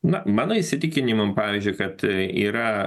na mano įsitikinimam pavyzdžiui kad yra